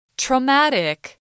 Traumatic